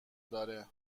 داره